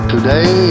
Today